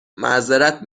معذرت